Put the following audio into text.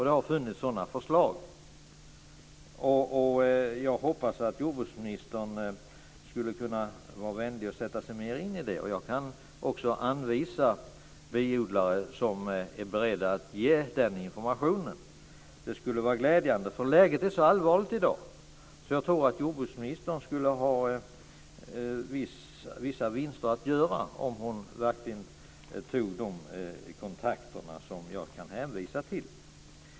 Det har funnits sådana förslag. Jag hoppas att jordbruksministern vill vara vänlig och sätta sig mer in i det. Jag kan också anvisa biodlare som är beredda att ge den informationen. Det skulle vara glädjande eftersom läget är så allvarligt i dag. Jag tror att jordbruksministern skulle ha vissa vinster att göra om hon verkligen tog de kontakter som jag kan hänvisa till.